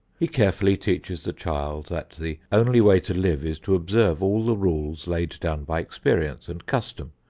he carefully teaches the child that the only way to live is to observe all the rules laid down by experience and custom,